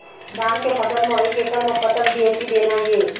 धान के फसल म एक एकड़ म कतक डी.ए.पी देना ये?